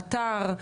אתר,